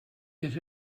yet